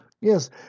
Yes